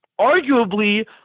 arguably